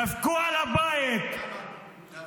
דפקו על הבית --- למה?